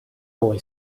boy